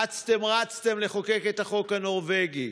אצתם-רצתם לחוקק את החוק הנורבגי.